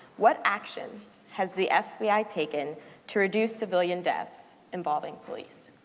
what action has the fbi taken to reduce civilian deaths involving police?